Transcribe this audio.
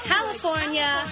California